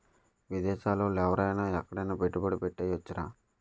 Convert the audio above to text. విదేశాల ఓళ్ళు ఎవరైన ఎక్కడైన పెట్టుబడి ఎట్టేయొచ్చురా